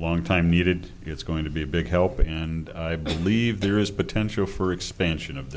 a long time needed it's going to be a big help and i believe there is potential for expansion of